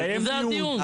זה הדיון.